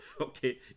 okay